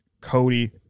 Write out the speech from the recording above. Cody